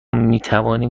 میتوانیم